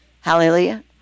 Hallelujah